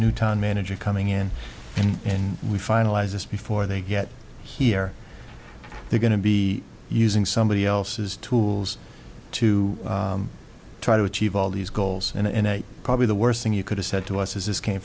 new town manager coming in and we finalize this before they get here they're going to be using somebody else's tools to try to achieve all these goals in eight probably the worst thing you could have said to us is this came